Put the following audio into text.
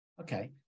Okay